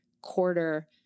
quarter